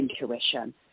intuition